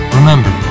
Remember